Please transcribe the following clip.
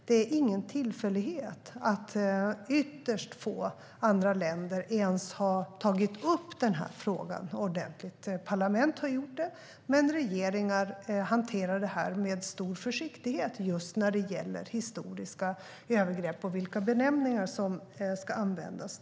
Det är ingen tillfällighet att ytterst få andra länder ens har tagit upp frågan ordentligt. Parlament har gjort det, men regeringar hanterar med stor försiktighet just historiska övergrepp och vilka benämningar som ska användas.